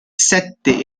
sette